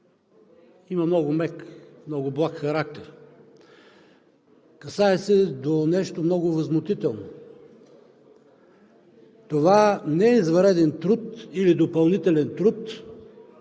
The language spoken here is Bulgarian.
има много мек, много благ характер. Касае се до нещо много възмутително. Това не е извънреден труд или допълнителен труд,